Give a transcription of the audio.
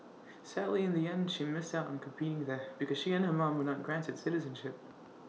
sadly in the end she missed out on competing there because she and her mom were not granted citizenship